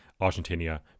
Argentina